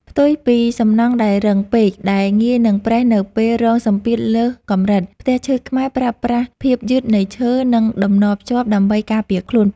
ផ្ទុយពីសំណង់ដែលរឹងពេក ដែលងាយនឹងប្រេះនៅពេលរងសម្ពាធលើសកម្រិត ផ្ទះឈើខ្មែរប្រើប្រាស់ភាពយឺតនៃឈើ និងតំណភ្ជាប់ដើម្បីការពារខ្លួន។